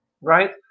right